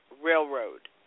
Railroad